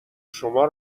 شما